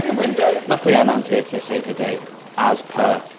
luckily anand's here to save the day as per.